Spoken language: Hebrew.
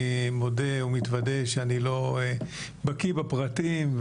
אני מודה ומתוודה שאני לא בקיא בפרטים,